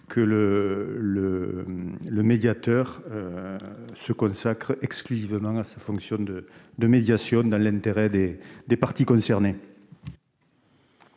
que le médiateur se consacre exclusivement à sa fonction de médiation, dans l'intérêt des parties concernées.